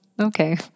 okay